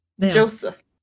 Joseph